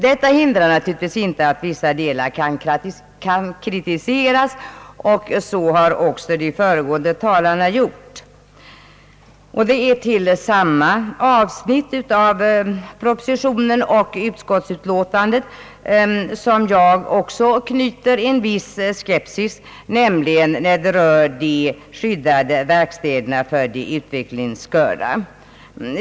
Detta hindrar naturligtvis inte att vissa delar kan kritiseras, och det har också de föregående talarna gjort. Det är till samma avsnitt av propositionen och utskottsutlåtandet som jag också knyter en viss skepsis, nämligen det som berör de skyddade verkstäderna för de utvecklingsstörda.